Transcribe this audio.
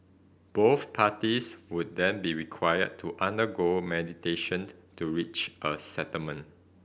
both parties would then be required to undergo meditation to reach a settlement